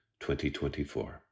2024